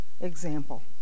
example